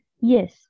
Yes